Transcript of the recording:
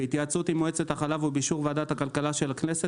בהתייעצות עם מועצת החלב ובאישור ועדת הכלכלה של הכנסת,